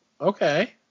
okay